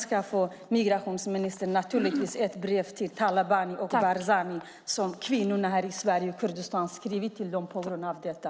Sedan ska migrationsministern få ett brev till Talabani och Barzani som kvinnorna i Sverige skrivit till dem på grund av detta.